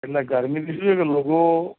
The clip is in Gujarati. એટલે ગરમીથી શું છે કે લોકો